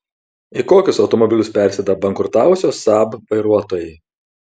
į kokius automobilius persėda bankrutavusio saab vairuotojai